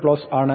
close ആണ്